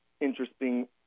interesting